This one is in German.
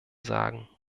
sagen